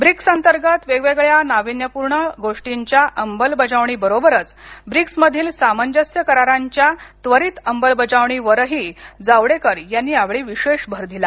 BRICS अंतर्गत वेगवेगळ्या नाविन्यपूर्ण गोष्टींच्या अंमलबजावणी बरोबरच ब्रिक्समधील सामंजस्य करारांच्या त्वरित अंमलबजावणीवरही जावडेकर यांनी विशेष भर दिला